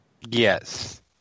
Yes